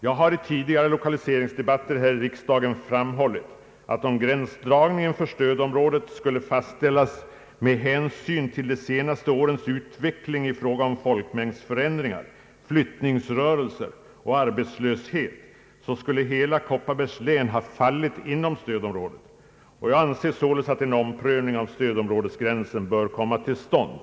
Jag har i tidigare lokaliseringsdebatter här i riksdagen framhållit, att om gränsdragningen för stödområdet skulle fastställas med hänsyn till de senaste årens utveckling i fråga om folkmängdsförändringar, = flyttningsrörelser och arbetslöshet så skulle hela Kopparbergs län falla inom stödområdet. Jag anser således att en omprövning av stödområdesgränsen bör komma till stånd.